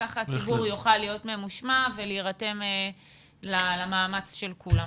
כך הציבור יוכל להיות ממושמע ולהירתם למאמץ של כולם.